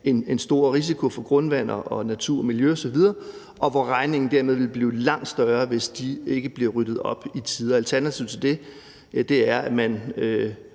en stor risiko for grundvand og natur og miljø osv., og hvor regningen derfor vil blive langt større, hvis de ikke bliver ryddet op i tide. Alternativet til det er, at man